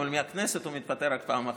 אבל מהכנסת הוא מתפטר רק פעם אחת.